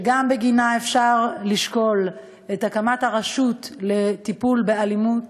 ואפשר בגינה גם לשקול הקמת רשות לטיפול באלימות.